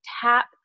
tap